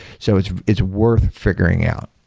so it's it's worth figuring out.